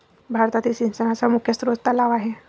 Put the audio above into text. भारतातील सिंचनाचा मुख्य स्रोत तलाव आहे